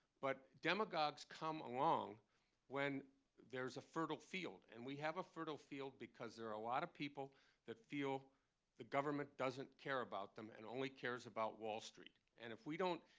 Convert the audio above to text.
but demagogues come along when there is a fertile field. and we have a fertile field because there are a lot of people that feel the government doesn't care about them and only cares about wall street. and if we don't